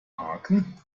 haken